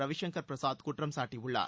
ரவிசங்கர் பிரசாத் குற்றம் சாட்டியுள்ளார்